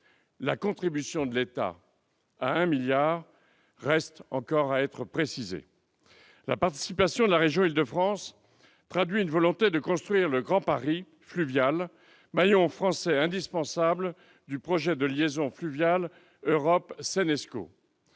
La contribution de l'État, à 1 milliard d'euros, reste encore à préciser. La participation de la région d'Île-de-France traduit une volonté de construire le Grand Paris fluvial, maillon français indispensable du projet de liaison fluviale européenne